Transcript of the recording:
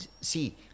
see